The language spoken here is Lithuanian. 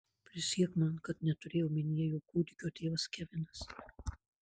prisiek man kad neturėjai omenyje jog kūdikio tėvas kevinas